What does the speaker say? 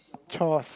chores